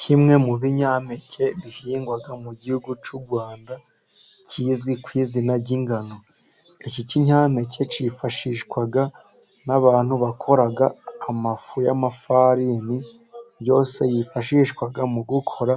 Kimwe mu binyampeke bihingwa mu gihugu cy'u Rwanda kizwi ku izina ry'ingano. Iki kinyampeke cyifashishwa n'abantu bakora amafu y'amafarini, yose yifashishwa mu gukora